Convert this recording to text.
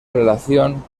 relación